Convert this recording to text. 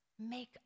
make